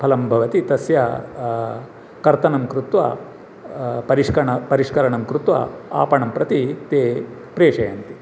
फलं भवति तस्य कर्तनं कृत्वा परिष्कर परिष्करणं कृत्वा आपणं ते प्रेषयन्ति